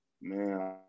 Man